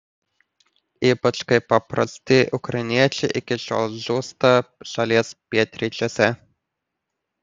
ypač kai paprasti ukrainiečiai iki šiol žūsta šalies pietryčiuose